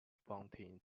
fountain